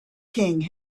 king